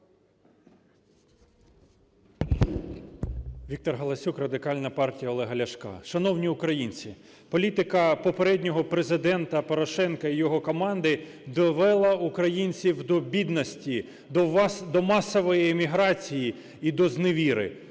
Віктор Галасюк, Радикальна партія Олега Ляшка. Шановні українці, політика попереднього Президента Порошенка і його команди довела українців до бідності, до масової еміграції і до зневіри.